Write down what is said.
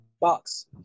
box